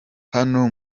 hano